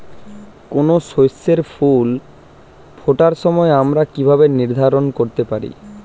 কোনো শস্যের ফুল ফোটার সময় আমরা কীভাবে নির্ধারন করতে পারি?